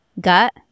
gut